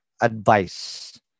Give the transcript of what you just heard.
advice